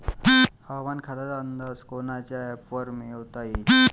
हवामान खात्याचा अंदाज कोनच्या ॲपवरुन मिळवता येईन?